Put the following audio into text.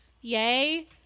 yay